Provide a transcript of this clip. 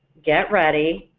get ready,